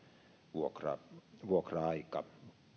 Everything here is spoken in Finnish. vuokra vuokra aika